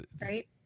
right